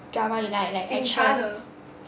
drama you like like action